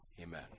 Amen